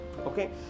okay